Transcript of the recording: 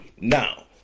now